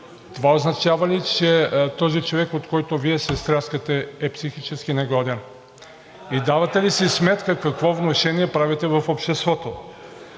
Това означава ли, че този човек, от когото Вие се стряскате, е психически негоден и давате ли си сметка какво внушение правите в обществото?